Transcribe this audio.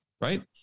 right